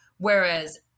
Whereas